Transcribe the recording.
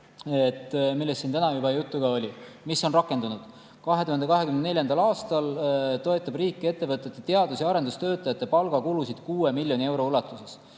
millest siin täna juba juttu oli ja mis on rakendunud. 2024. aastal toetab riik ettevõtete teadus‑ ja arendustöötajate palgakulusid 6 miljoni euro ulatuses.